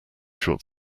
short